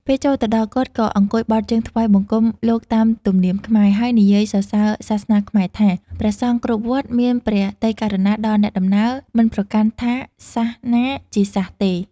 ពេលចូលទៅដល់ គាត់ក៏អង្គុយបត់ជើងថ្វាយបង្គំលោកតាមទំនៀមខ្មែរ ហើយនិយាយសរសើរសាសនាខ្មែរថា ព្រះសង្ឃគ្រប់វត្តមានព្រះទ័យករុណាដល់អ្នកដំណើរ មិនប្រកាន់ថាសាសន៍ណាជាសាសន៍ទេ។